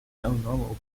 normal